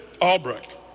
Albrecht